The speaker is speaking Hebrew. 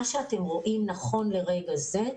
מה שאתם רואים נכון לרגע זה,